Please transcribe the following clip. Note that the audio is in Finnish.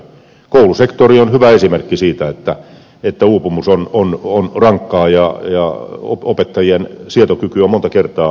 koulusektori on hyvä esimerkki siitä että uupumus on rankkaa ja opettajien sietokyky on monta kertaa koetteilla